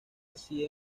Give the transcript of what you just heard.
así